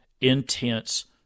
intense